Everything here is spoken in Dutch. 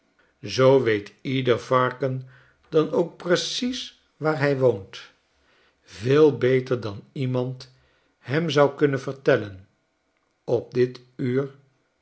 zoo weet ieder varken dan ook precies waar hij woont veel beter dan iemand hem zou kunnen vertellen op dit uur